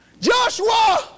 Joshua